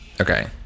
Okay